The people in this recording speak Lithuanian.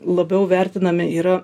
labiau vertinami yra